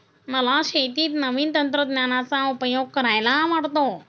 मला शेतीत नवीन तंत्रज्ञानाचा उपयोग करायला आवडतो